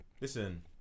listen